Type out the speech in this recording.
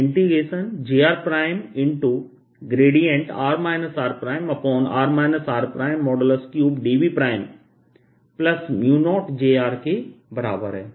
यह 04πjrr rr r3dV0j के बराबर है